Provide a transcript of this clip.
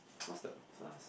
what's the plus